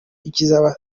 ikiza